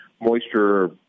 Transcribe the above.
moisture